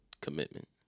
commitment